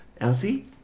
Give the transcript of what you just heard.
Elsie